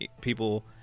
people